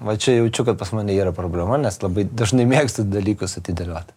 va čia jaučiu kad pas mane yra problema nes labai dažnai mėgstu dalykus atidėlioti